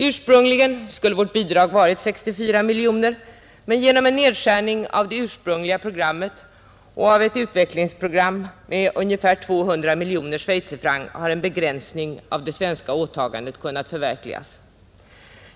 Ursprungligen skulle vårt bidrag ha varit 64 miljoner, men genom en nedskärning av det ursprungliga programmet och av ett utvecklingsprogram med ungefär 200 miljoner schweizerfrancs har en begränsning av det svenska åtagandet kunnat förverkligas.